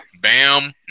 Bam